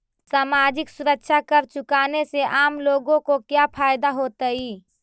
सामाजिक सुरक्षा कर चुकाने से आम लोगों को क्या फायदा होतइ